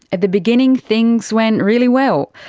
at the beginning things went really well.